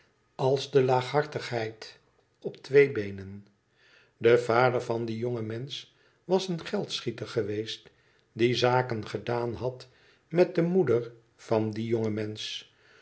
als de laaghartigheid op twee beenen de vader van dien jongen mensch was een geldschieter geweest die zaken gedaan had met de moeder van dien jongen mensch